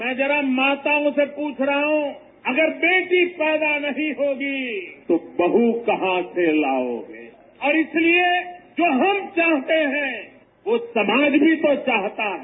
मैं जरा माताओं से पूछ रहा हूं अगर बेटी पैदा नहीं होगी तो बहु कहां से लाओंगे और इसलिए जो हम चाहते हैं वो समाज भी चाहता है